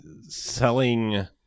selling